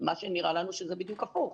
מה שנראה לנו שזה בדיוק הפוך.